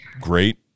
great